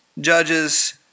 Judges